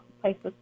places